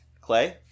Clay